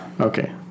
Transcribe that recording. Okay